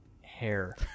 hair